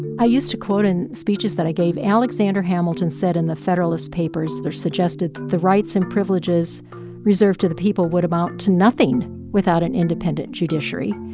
i used to quote in speeches that i gave alexander hamilton said in the federalist papers, or suggested, that the rights and privileges reserved to the people would amount to nothing without an independent judiciary.